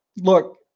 look